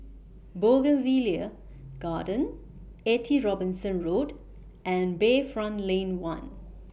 Bougainvillea Garden eighty Robinson Road and Bayfront Lane one